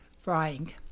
frying